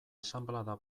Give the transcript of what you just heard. asanblada